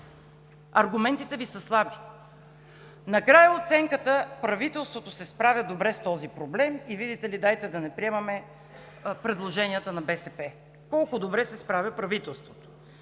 Аргументите Ви са слаби. Накрая оценката: правителството се справя добре с този проблем и, видите ли, дайте да не приемаме предложенията на БСП. Колко добре се справя правителството?